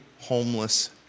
homeless